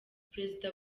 perezida